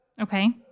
Okay